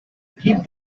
keep